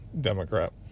Democrat